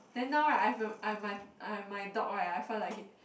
then now right I have a I have my I have my dog right I felt like